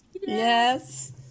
Yes